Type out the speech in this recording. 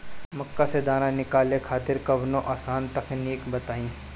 मक्का से दाना निकाले खातिर कवनो आसान तकनीक बताईं?